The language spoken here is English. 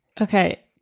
Okay